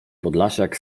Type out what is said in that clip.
podlasiak